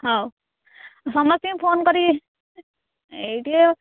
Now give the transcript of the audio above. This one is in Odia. ହଉ ସମସ୍ତିଙ୍କି ଫୋନ୍ କରିକି ଏଇଠି ଆଉ